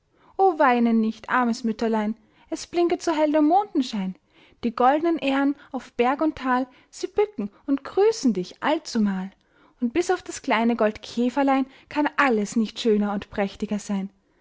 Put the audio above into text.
o weine nicht armes mütterlein es blinket so hell der mondenschein die gold'nen aehren auf berg und tal sie bücken und grüßen dich allzumal und bis auf das kleine goldkäferlein kann alles nicht schöner und prächtiger sein